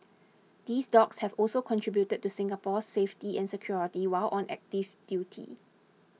these dogs have also contributed to Singapore's safety and security while on active duty